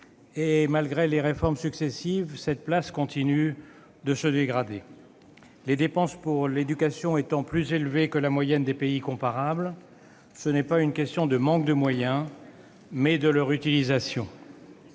et, malgré les réformes successives, cette place continue de se dégrader. Les dépenses pour l'éducation étant plus élevées que la moyenne des pays comparables, c'est non la question d'un manque de moyens qui se pose, mais